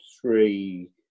three